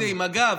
הינה, עם הגב.